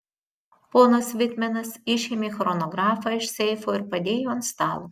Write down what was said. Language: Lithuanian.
ponas vitmenas išėmė chronografą iš seifo ir padėjo ant stalo